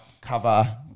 cover